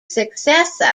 successor